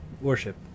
worship